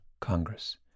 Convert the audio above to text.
Congress